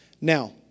Now